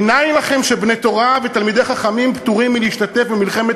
מנין לכם שבני תורה ותלמידי חכמים פטורים מלהשתתף במלחמת